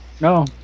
no